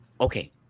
Okay